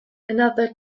another